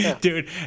Dude